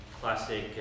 classic